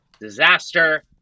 disaster